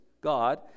God